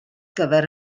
gyfer